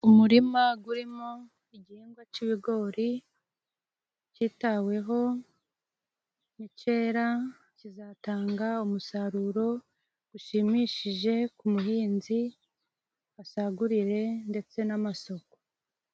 Umurima urimo igihingwa cy'ibigori cyitaweho. Nicyera kizatanga umusaruro ushimishije ku muhinzi asagurire ndetse n'amasoko.